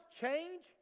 change